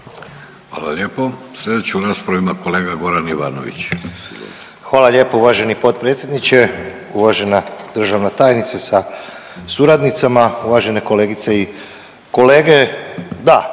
Hvala lijepo. Slijedeću raspravu ima kolega Goran Ivanović. **Ivanović, Goran (HDZ)** Hvala lijepo uvaženi potpredsjedniče. Uvažena državna tajnice sa suradnicama, uvažene kolegice i kolege,